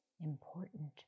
important